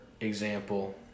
example